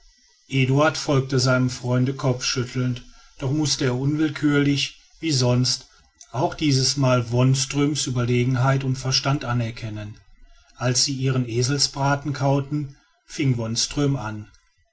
eduard folgte seinem freunde kopfschüttelnd doch mußte er unwillkürlich wie sonst auch diesmal wonström's überlegenheit und verstand anerkennen als sie ihren eselsbraten kauten fing wonström an